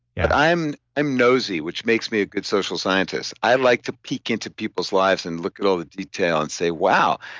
yeah i'm i'm nosy which makes me a good social scientist. i like to peek into people's lives and look at all the detail and say, wow,